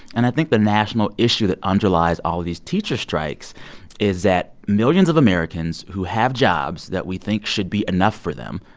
and i think the national issue that underlies all of these teacher strikes is that millions of americans who have jobs that we think should be enough for them,